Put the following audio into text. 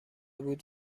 بود